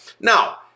Now